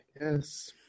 Yes